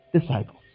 disciples